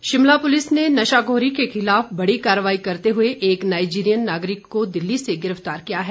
चिटटा Shimla police ने नशाखोरी के खिलाफ बड़ी कार्रवाई करते हुए एक नाईजीरियन नागरिक को दिल्ली से गिरफ्तार किया है